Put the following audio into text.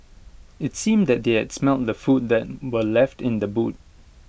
IT seemed that they had smelt the food that were left in the boot